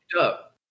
up